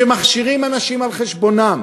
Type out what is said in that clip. שמכשירים אנשים על חשבונם.